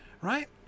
Right